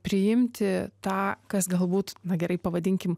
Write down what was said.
priimti tą kas galbūt na gerai pavadinkim